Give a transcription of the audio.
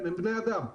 הם בני אדם,